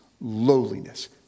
lowliness